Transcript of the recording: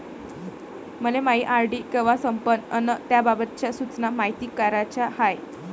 मले मायी आर.डी कवा संपन अन त्याबाबतच्या सूचना मायती कराच्या हाय